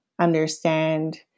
understand